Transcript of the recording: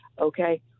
Okay